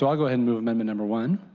like and move amendment number one.